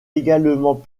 également